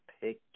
pick